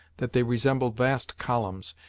that they resembled vast columns,